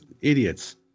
idiots